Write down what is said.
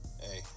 hey